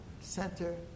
center